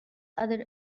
other